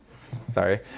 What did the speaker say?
Sorry